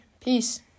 Peace